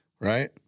right